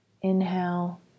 Inhale